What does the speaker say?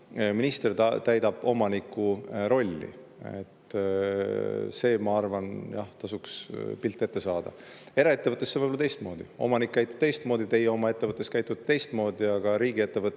Minister täidab omaniku rolli. Sellest, ma arvan, tasuks pilt ette saada. Eraettevõttes see võib olla teistmoodi, omanik käitub teistmoodi. Teie oma ettevõttes käitute teistmoodi. Aga riigiettevõtte